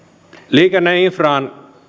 liikenneinfraa